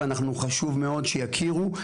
וחשוב מאוד שיכירו.